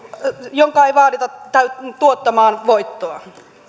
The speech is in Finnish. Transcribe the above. jonka ei vaadita tuottavan voittoa